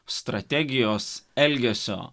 strategijos elgesio